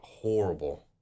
Horrible